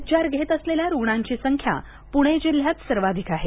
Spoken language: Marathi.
उपचार घेत असलेल्या रुग्णांची संख्या पुणे जिल्ह्यात सर्वाधिक आहे